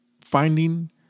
Finding